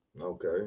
Okay